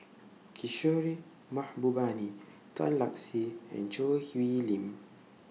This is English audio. Kishore Mahbubani Tan Lark Sye and Choo Hwee Lim